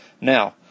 Now